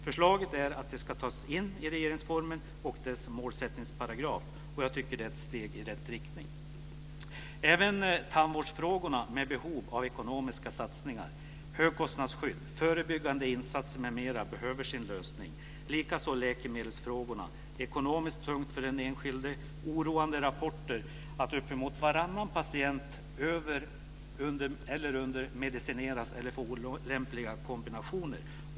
Förslaget är att det ska tas in i regeringsformen och dess målsättningsparagraf. Jag tycker att det är ett steg i rätt riktning. Även tandvårdsfrågorna med behov av ekonomiska satsningar, högkostnadsskydd, förebyggande insatser m.m. behöver få sin lösning, likaså läkemedelsfrågorna. Det är ekonomiskt tungt för den enskilde. Det finns oroande rapporter om att uppemot varannan patient över eller undermedicineras eller får olämpliga kombinationer.